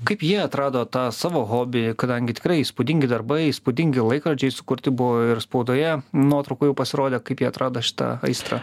kaip ji atrado tą savo hobį kadangi tikrai įspūdingi darbai įspūdingi laikrodžiai sukurti buvo ir spaudoje nuotraukų jų pasirodė kaip ji atrodo šitą aistrą